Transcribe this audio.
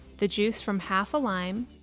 the juice from half a lime,